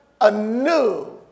anew